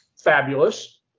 fabulous